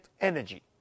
energy